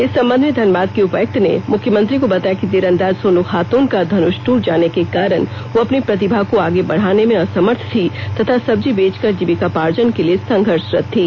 इस संबंध में धनबाद के उपायुक्त ने मुख्यमंत्री को बताया कि तीरंदाज सोनू खातून का धनुष टूट जाने के कारण वह अपनी प्रतिभा को आगे बढ़ाने में असमर्थ थी तथा सब्जी बेचकर जीविकापार्जन के लिए संघर्षरत थी